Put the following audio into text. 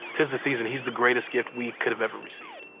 tis the season. he's the greatest gift we could have ever received.